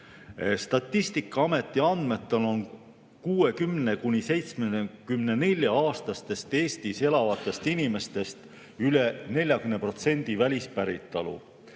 Statistikaameti andmetel on 60–74‑aastastest Eestis elavatest inimestest üle 40% välispäritolu.